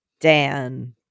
Dan